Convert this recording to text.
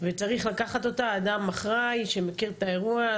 וצריך לקחת אותה אדם אחראי שמכיר את האירוע,